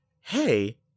hey